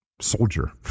soldier